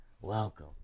Welcome